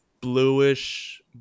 bluish